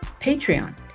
Patreon